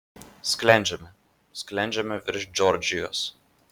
sklendžiame sklendžiame virš džordžijos